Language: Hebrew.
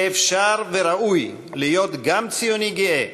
שאפשר וראוי להיות גם ציוני גאה